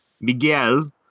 Miguel